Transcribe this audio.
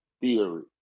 theory